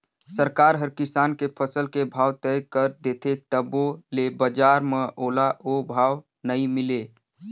सरकार हर किसान के फसल के भाव तय कर देथे तभो ले बजार म ओला ओ भाव नइ मिले